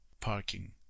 parking